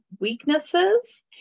weaknesses